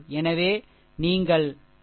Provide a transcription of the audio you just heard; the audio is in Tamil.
எனவே இங்கே நீங்கள் கே